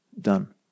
done